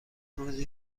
روزی